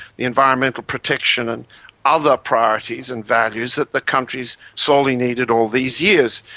the environmental protection and other priorities and values that the country's sorely needed all these years.